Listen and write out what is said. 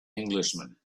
englishman